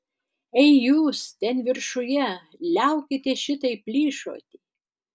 ei jūs ten viršuje liaukitės šitaip plyšoti